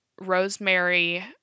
Rosemary